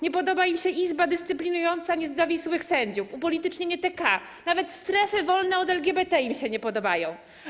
Nie podoba im się izba dyscyplinująca niezawisłych sędziów, upolitycznienie TK, nawet strefy wolne od LGBT im się nie podobają.